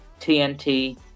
TNT